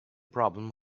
problem